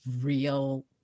real